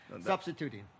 substituting